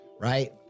right